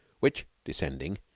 which, descending,